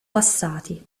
passati